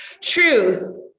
Truth